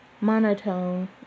monotone